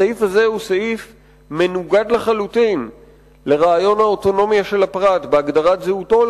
הסעיף הזה מנוגד לחלוטין לרעיון האוטונומיה של הפרט בהגדרת זהותו,